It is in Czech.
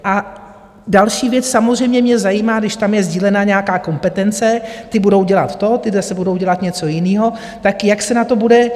A další věc: samozřejmě mě zajímá, když tam je sdílená nějaká kompetence, ti budou dělat to, ti zase budou dělat něco jiného, tak jak se na to bude...?